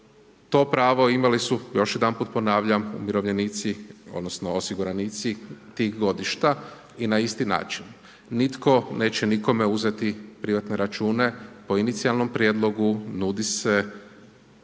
To pravo imali su, još jedanput ponavljam umirovljenici odnosno osiguranici tih godišta i na isti način. Nitko neće nikome uzeti privatne račune. Po inicijalnom prijedlogu nudi se